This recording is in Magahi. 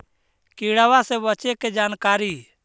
किड़बा से बचे के जानकारी?